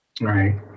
Right